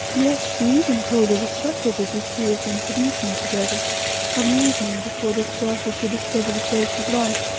yes, she even told of a supper that the three of them had eaten together on the evening before they started to discover the place of life,